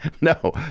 No